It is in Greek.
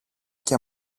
και